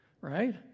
Right